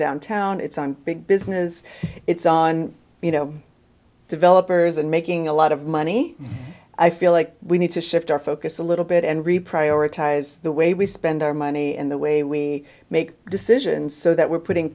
downtown it's on big business it's on you know developers and making a lot of money i feel like we need to shift our focus a little bit and reprice or ties the way we spend our money and the way we make decisions so that we're putting